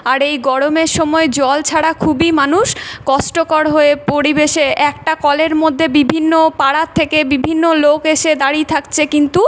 আর এই গরমের সময় জল ছাড়া খুবই মানুষ কষ্টকর হয়ে পরিবেশে একটা কলের মধ্যে বিভিন্ন পাড়ার থেকে বিভিন্ন লোক এসে দাঁড়িয়ে থাকছে কিন্তু